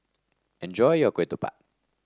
enjoy your Ketupat